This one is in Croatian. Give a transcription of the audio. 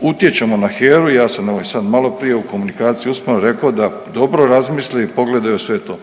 utječemo na HERA-u i ja sam ovaj sad maloprije u komunikaciji usmeno rekao da dobro razmisle i pogledaju sve to.